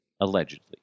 Allegedly